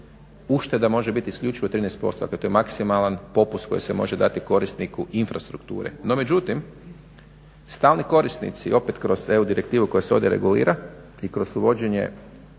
ušteda može biti isključivo 13% dakle to je maksimalan popust koji se može dati korisniku infrastrukture. No međutim stalni korisnici opet kroz EU direktivu koja se ovdje regulira i kroz uvođenje